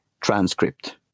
transcript